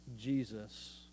Jesus